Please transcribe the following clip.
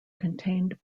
contained